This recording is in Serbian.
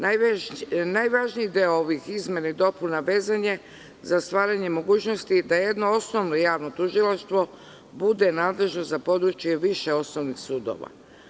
Najvažniji deo ovih izmena i dopuna vezan je za stvaranje mogućnosti da jedno osnovno javno tužilaštvo bude nadležno za područje više osnovnih sudova.